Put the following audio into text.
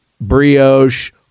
brioche